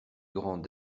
grand